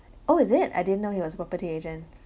oh is it I didn't know he was a property agent